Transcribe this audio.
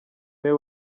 niwe